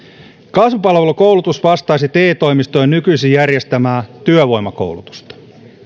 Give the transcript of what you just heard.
kasvupalvelukoulutus vastaisi te toimistojen nykyisin järjestämää työvoimakoulutusta